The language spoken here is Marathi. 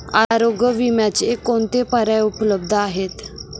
आरोग्य विम्याचे कोणते पर्याय उपलब्ध आहेत?